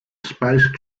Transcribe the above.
space